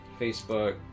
Facebook